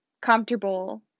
comfortable